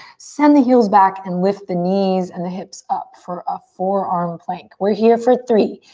send the heels back and lift the knees and the hips up for a forearm plank. we're here for three.